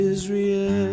Israel